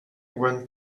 when